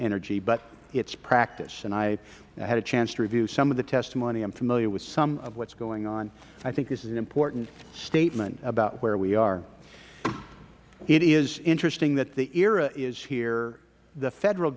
energy but its practice and i had a chance to review some of the testimony i'm familiar with some of what's going on i think this is an important statement about where we are it is interesting that the era is here the federal